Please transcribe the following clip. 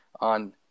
on